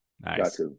Nice